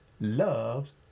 loves